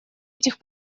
этих